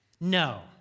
No